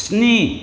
स्नि